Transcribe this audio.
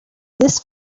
this